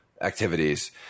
activities